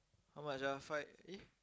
how much ah five eh